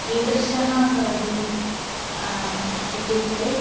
कीदृशः भवति इत्युक्ते